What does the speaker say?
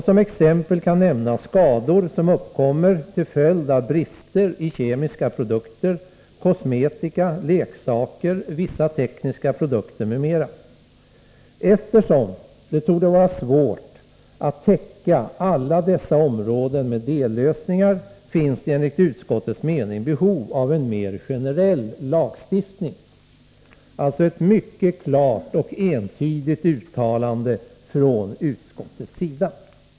Som exempel kan nämnas skador som uppkommer till följd av brister i kemiska produkter, kosmetika, leksaker, vissa tekniska produkter m.m. Eftersom det torde vara svårt att täcka alla dessa områden med dellösningar finns det enligt utskottets mening behov av en mer generell lagstiftning.” Det är alltså ett mycket klart och entydigt uttalande från utskottets sida.